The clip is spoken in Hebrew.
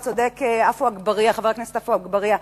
וצודק חבר הכנסת עפו אגבאריה,